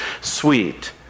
sweet